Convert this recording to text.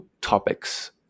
topics